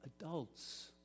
adults